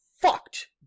fucked